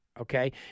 okay